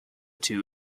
two